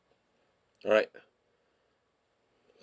alright